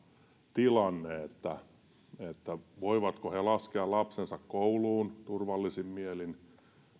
tilanne voivatko he laskea lapsensa kouluun turvallisin mielin